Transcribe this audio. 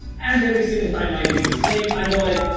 and every single time i hear this claim i go like